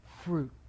fruit